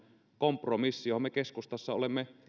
kompromissi johon me keskustassa olemme